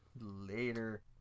Later